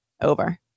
over